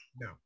No